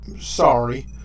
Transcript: Sorry